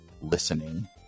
listening